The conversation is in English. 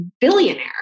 billionaire